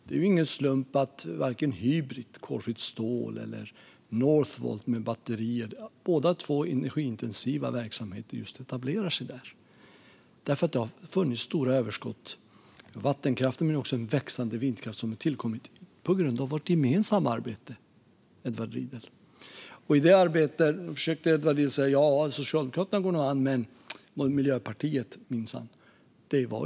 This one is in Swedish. Det är ingen slump att Hybrit med koldioxidfritt stål eller Northvolt med batterier, båda energiintensiva verksamheter, har etablerat sig här. Det har ju funnits stora överskott av vattenkraft och växande vindkraft tack vare vårt gemensamma arbete. Edward Riedl säger att Socialdemokraterna går an men inte Miljöpartiet.